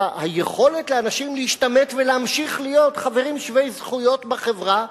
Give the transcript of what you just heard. היכולת של אנשים להשתמט ולהמשיך להיות חברים שווי זכויות בחברה,